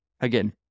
Again